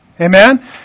Amen